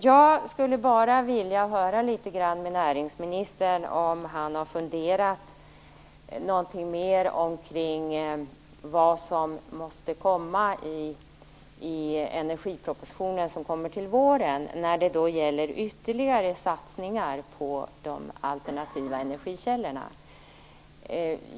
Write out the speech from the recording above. Jag skulle bara vilja höra litet grand med näringsministern om han har funderat omkring vad som måste komma i vårens energiproposition i fråga om ytterligare satsningar på de alternativa energikällorna.